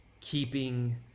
keeping